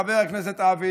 חבר הכנסת אבי,